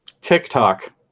TikTok